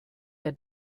der